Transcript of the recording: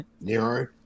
Nero